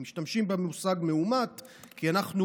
משתמשים במושג מאומת כי אנחנו